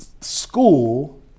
school